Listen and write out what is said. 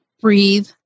breathe